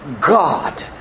God